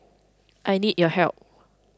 I need your help